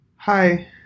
Hi